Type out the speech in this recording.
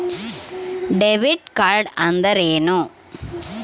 Debit card ಅಂದ್ರೇನು?